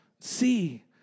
see